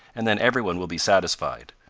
and then every one will be satisfied.